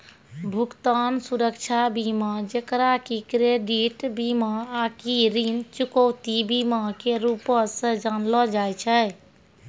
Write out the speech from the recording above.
भुगतान सुरक्षा बीमा जेकरा कि क्रेडिट बीमा आकि ऋण चुकौती बीमा के रूपो से जानलो जाय छै